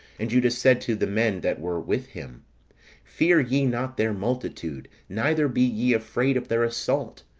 and judas said to the men that were with him fear ye not their multitude, neither be ye afraid of their assault.